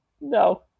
No